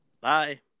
Bye